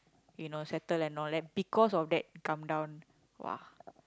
you know settle and all that because of that come down !wah!